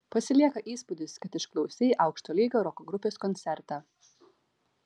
pasilieka įspūdis kad išklausei aukšto lygio roko grupės koncertą